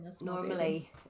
normally